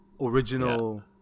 original